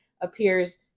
appears